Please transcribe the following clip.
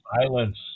Silence